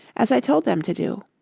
as i told them to do.